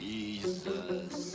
Jesus